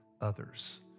others